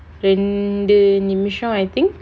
ரெண்டு நிமிஷம்:rendu nimisham I think